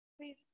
please